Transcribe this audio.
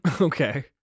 Okay